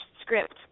script